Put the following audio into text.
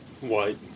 White